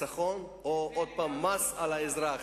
האם זה חיסכון או שוב מס על האזרח.